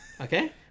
okay